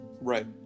Right